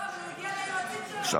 לא, אבל הוא הגיע ליועצים שלו.